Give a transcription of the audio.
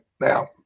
Now